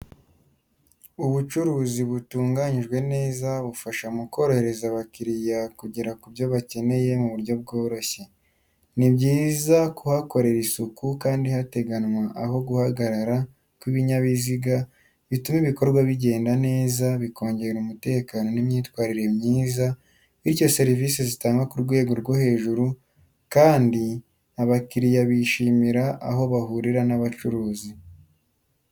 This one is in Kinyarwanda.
Ubucuruzi butunganyijwe neza bufasha mu korohereza abakiliya kugera ku byo bakeneye mu buryo bworoshye. Ni byiza kuhakorera isuku kandi hagateganwa aho guhagarara kw’ibinyabiziga bituma ibikorwa bigenda neza, bikongera umutekano n’imyitwarire myiza, bityo serivisi zitangwa ku rwego rwo hejuru kandi abakiliya bishimira aho bahurira n’ubucuruzi.